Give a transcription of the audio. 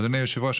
אדוני היושב-ראש,